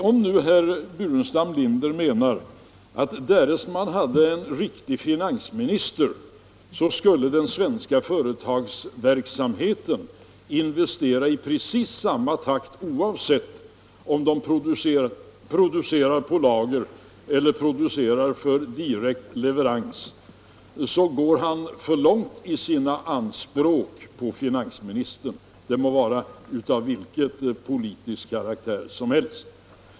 Om nu herr Burenstam Linder menar att den svenska företagsverksamheten, därest man hade en riktig finansminister, skulle investera i precis samma takt oavsett om den producerar på lager eller producerar för direkt leverans, går han för långt i sina anspråk på finansministern — finansministern må sedan vara av vilken politisk färg som helst.